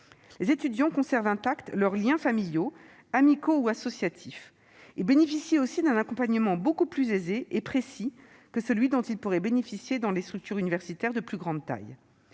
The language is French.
Les étudiants conservent intacts leurs liens familiaux, amicaux ou associatifs. Ils bénéficient aussi d'un accompagnement beaucoup plus aisé et précis que celui dont ils pourraient bénéficier dans des structures universitaires de plus grande taille.